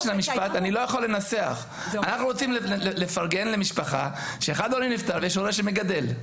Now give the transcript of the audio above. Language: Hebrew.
אנחנו רוצים לפרגן למשפחה שאחד ההורים נפטר ויש הורה שמגדל.